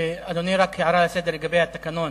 אדוני, הערה לסדר לגבי התקנון: